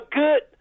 good